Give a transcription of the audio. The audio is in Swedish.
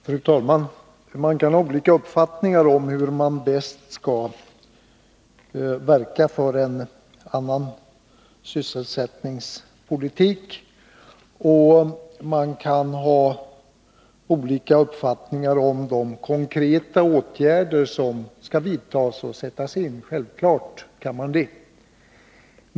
Fru talman! Man kan ha olika uppfattning om hur man bäst skall verka för en annan sysselsättningspolitik, och man kan ha olika uppfattning om de konkreta åtgärder som skall vidtas och sättas in — självfallet kan man det.